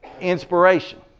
inspiration